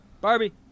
Barbie